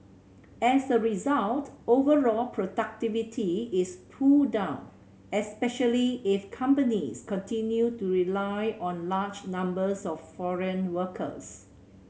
as a result overall productivity is pulled down especially if companies continue to rely on large numbers of foreign workers